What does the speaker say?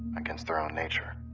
against their own nature.